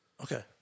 Okay